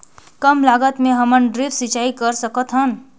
कम लागत मे हमन ड्रिप सिंचाई कर सकत हन?